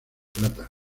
plata